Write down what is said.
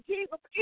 Jesus